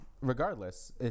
regardless